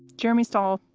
jeremy stahl,